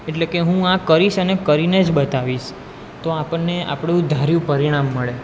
એટલે કે હું આ કરીશ અને કરીને જ બતાવીશ તો આપણને આપણું ધાર્યું પરિણામ મળે